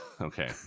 Okay